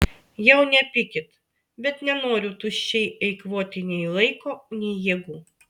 jau nepykit bet nenoriu tuščiai eikvoti nei laiko nei jėgų